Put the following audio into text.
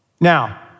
now